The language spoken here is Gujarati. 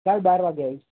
કાલે બાર વાગે આવીશ